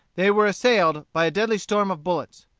they were assailed by a deadly storm of bullets.